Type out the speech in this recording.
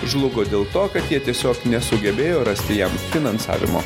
žlugo dėl to kad jie tiesiog nesugebėjo rasti jam finansavimo